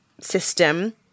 system